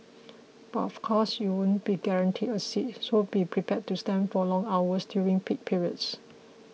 but of course you won't be guaranteed a seat so be prepared to stand for long hours during peak periods